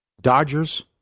Dodgers